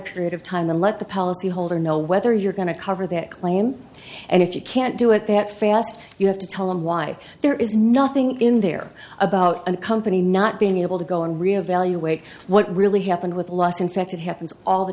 period of time then let the policy holder know whether you're going to cover that claim and if you can't do it that fast you have to tell them why there is nothing in there about a company not being able to go in reevaluating what really happened with lost in fact it happens all the